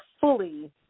fully